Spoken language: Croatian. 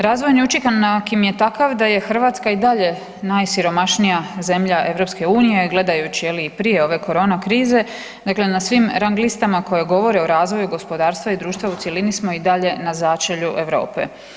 Razvojni učinak im je takav da je Hrvatska i dalje najsiromašnija zemlja EU gledajući je li i prije ove korona krize, dakle na svim rang listama koje govore o razvoju gospodarstva i društva u cjelini smo i dalje na začelju Europe.